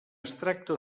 extracte